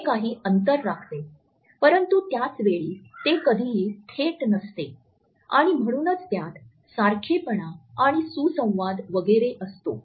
हे काही अंतर राखते परंतु त्याच वेळी ते कधीही थेट नसते आणि म्हणूनच त्यात सारखेपणा आणि सुसंवाद वगैरे असतो